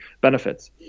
benefits